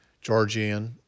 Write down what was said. georgian